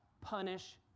punish